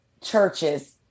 churches